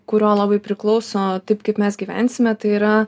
kurio labai priklauso taip kaip mes gyvensime tai yra